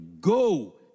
go